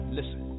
Listen